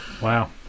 Wow